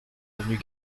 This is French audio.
avenue